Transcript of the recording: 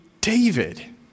David